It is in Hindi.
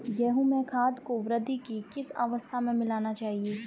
गेहूँ में खाद को वृद्धि की किस अवस्था में मिलाना चाहिए?